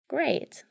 Great